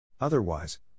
Otherwise